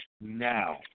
now